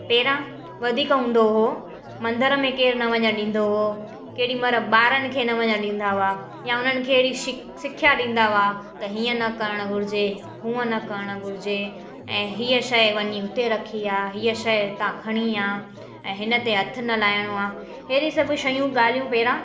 पहिरां वधीक हूंदो हुओ मंदर में केर न वञण ॾींदो हुओ केॾी महिल ॿारनि खे न वञण ॾींदा हुआ या हुननि खे अहिड़ी शि सिखिया ॾींदा हुआ त हीअं न करण घुरिजे हूअं न करण घुरिजे ऐं हीअ शइ वञी हुते रखी आहे हीअ शइ हुतां खणी आहे हिन ते हथ न लाहिणो आहे अहिड़ी सभु शयूं ॻालियूं पेरां